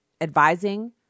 advising